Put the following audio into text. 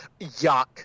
Yuck